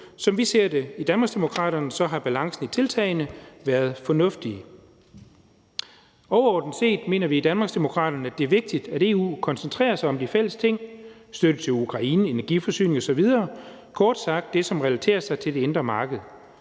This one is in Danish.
Som vi ser det i Danmarksdemokraterne, har balancen i tiltagene været fornuftige. Overordnet set mener vi i Danmarksdemokraterne, at det er vigtigt, at EU koncentrerer sig om de fælles ting: støtte til Ukraine, energiforsyning osv. Kort sagt er det det, som relaterer sig til det indre marked.